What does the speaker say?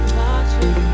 watching